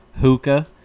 hookah